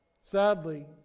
Sadly